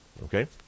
Okay